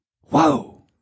whoa